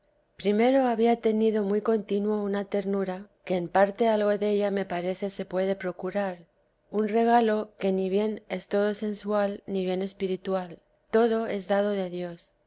primero había tenido muy contino una ternura que en parte algo de ella me parece se puede procurar un regalo que ni bien es todo sensual ni bien espiritual todo es dado de dios